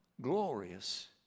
Glorious